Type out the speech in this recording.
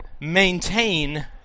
maintain